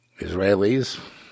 Israelis